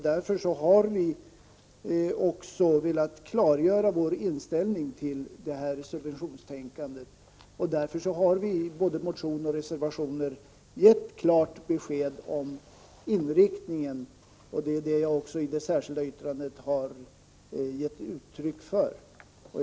Vi har velat klargöra vår inställning till det här subventionstänkandet. Därför har vi i både motioner och reservationer givit klart besked om inriktningen, och det har jag gjort också i det särskilda yttrandet.